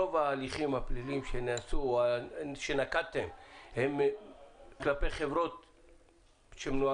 רוב ההליכים הפליליים שנקטתם הם כלפי חברות שמנוהלות?